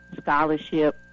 scholarship